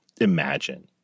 imagine